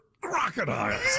crocodiles